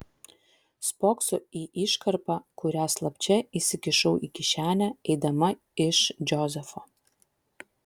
spokso į iškarpą kurią slapčia įsikišau į kišenę eidama iš džozefo